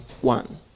one